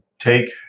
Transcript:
take